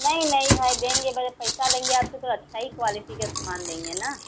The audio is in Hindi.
नहीं नहीं भाई देंगे भले पैसा लेंगे आप से तो अच्छा ही क्वालिटी का सामान देंगे ना